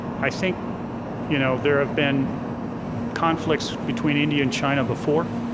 i think you know there have been conflicts between india and china before,